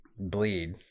bleed